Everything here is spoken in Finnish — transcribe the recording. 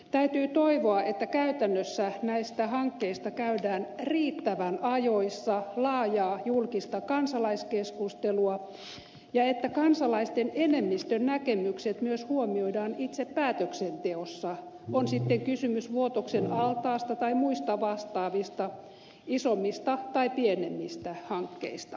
täytyy toivoa että käytännössä näistä hankkeista käydään riittävän ajoissa laajaa julkista kansalaiskeskustelua ja että kansalaisten enemmistön näkemykset myös huomioidaan itse päätöksenteossa on sitten kysymys vuotoksen altaasta tai muista vastaavista isommista tai pienemmistä hankkeista